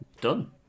Done